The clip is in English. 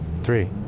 Three